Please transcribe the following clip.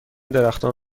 درختان